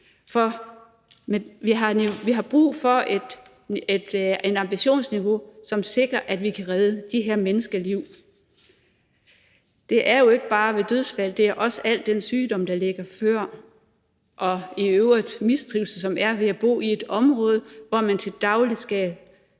vi har brug for et ambitionsniveau, som sikrer, at vi kan redde de her menneskers liv. Og det handler jo ikke bare om dødsfald; det er også i forhold til al den sygdom, der ligger før, og i øvrigt også den mistrivsel, der er ved at bo i et område, hvor man til daglig skal